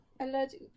allergic